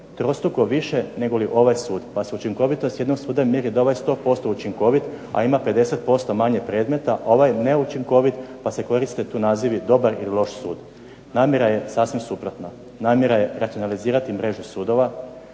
trostruko više negoli ovaj sud pa se učinkovitost jednog suda mjeri da je ovaj 100% učinkovit, a ima 50% manje predmeta, a ovaj neučinkovit pa se koriste tu nazivi dobar i loš sud. Namjera je sasvim suprotna, namjera je racionalizirati mrežu sudova,